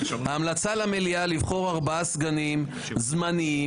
ההמלצה למליאה היא לבחור ארבעה סגנים זמניים,